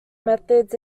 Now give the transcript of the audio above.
methods